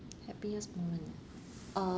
happiest moment uh